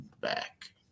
back